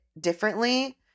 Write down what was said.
differently